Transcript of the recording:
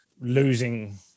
losing